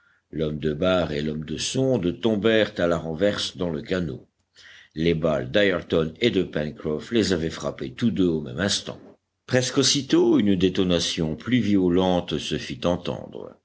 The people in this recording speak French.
l'homme de barre et l'homme de sonde tombèrent à la renverse dans le canot les balles d'ayrton et de pencroff les avaient frappés tous deux au même instant presque aussitôt une détonation plus violente se fit entendre